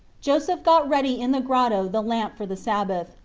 joseph got ready in the grotto the lamp for the sab bath,